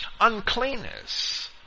Uncleanness